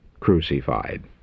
crucified